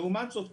לעומת זאת,